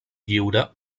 lliure